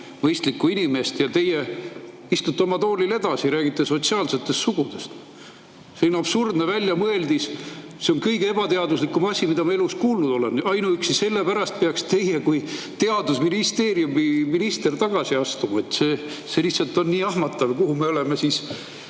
mõistlikku inimest, aga teie istute oma toolil edasi ja räägite sotsiaalsetest sugudest. See on absurdne väljamõeldis. See on kõige ebateaduslikum asi, mida ma elus kuulnud olen. Ainuüksi sellepärast peaks teie kui teadusministeeriumi minister tagasi astuma. See lihtsalt on nii jahmatav, kuhu me oleme oma